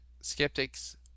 Skeptics